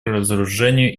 разоружению